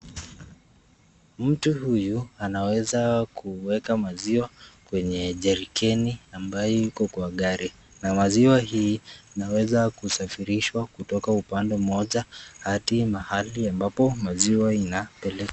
Mtu huyu anaweza kuweka maziwa kwenye jerikeni ambayo iko kwa gari na maziwa hii inaweza kusafirishwa kutoka upande moja hadi mahali ambapo maziwa inapelekwa.